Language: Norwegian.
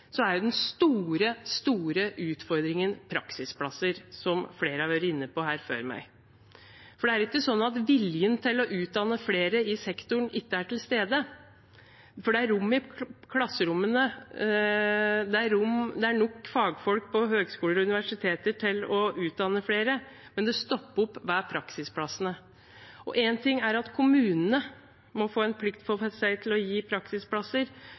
den store utfordringen praksisplasser, som flere før meg har vært inne på. Det er ikke sånn at viljen til å utdanne flere i sektoren ikke er til stede, for det er rom i klasserommene, det er nok fagfolk på høyskoler og universiteter til å utdanne flere, men det stopper opp ved praksisplassene. En ting er at kommunene må få plikt til å gi praksisplasser,